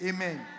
Amen